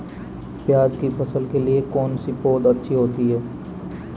प्याज़ की फसल के लिए कौनसी पौद अच्छी होती है?